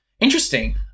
interesting